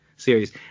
series